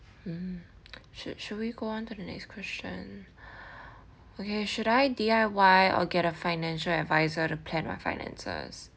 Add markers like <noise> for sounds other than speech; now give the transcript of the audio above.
mm <noise> should should we go on to the next question okay should I D_I_Y or get a financial adviser to plan my finances